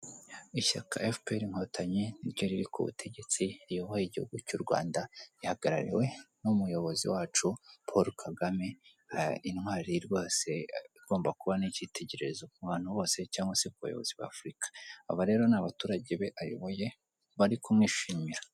Ishyaka fpr inkotanyi ni ryo riri ku butegetsi riyoboye igihugu cy'u Rwanda rihagarariwe n'umuyobozi wacu Paul Kagame, intwari rwose igomba kuba n'icyitegererezo ku bantu bose cyangwa se ku bayobozi ba Afurika. Aba rero ni abaturage be ayoboye bari kumwishimira.